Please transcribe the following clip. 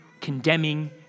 condemning